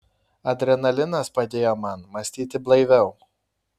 adrenalinas padėjo man mąstyti blaiviau